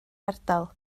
ardal